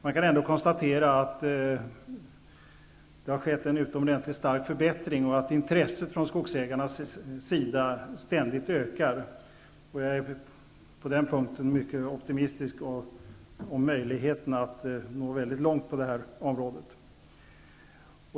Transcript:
Man kan ändå konstatera att det har skett en utomordentligt stark förbättring och att intresset från skogsägarnas sida ständigt ökar. Jag är på den punkten mycket optimistisk om möjligheterna att nå mycket långt inom det här området.